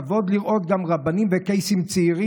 כבוד לראות גם רבנים וקייסים צעירים